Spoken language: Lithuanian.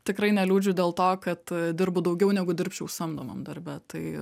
tikrai neliūdžiu dėl to kad dirbu daugiau negu dirbčiau samdomam darbe tai